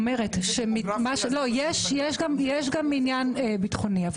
יש גם עניין ביטחוני.